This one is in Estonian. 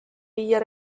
viia